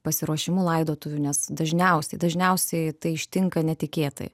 pasiruošimu laidotuvių nes dažniausiai dažniausiai tai ištinka netikėtai